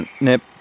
Nip